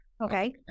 Okay